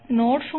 node શું છે